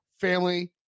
family